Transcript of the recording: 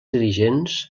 dirigents